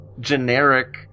generic